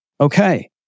okay